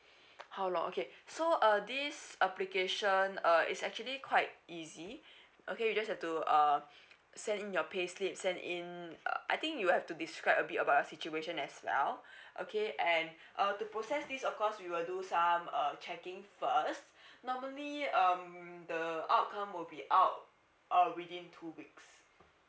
how long okay so uh this application uh is actually quite easy okay you just have to uh send in your payslips send in uh I think you have to describe a bit about the situation as well okay and uh to process is of course we will do some uh checking for us normally um the the outcome will be out uh within two weeks